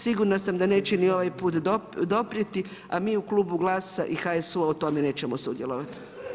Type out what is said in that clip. Sigurna sam da neće ni ovaj put doprijeti, a mi u klubu GLAS-a i HSU-a u tome nećemo sudjelovati.